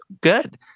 Good